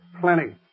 Plenty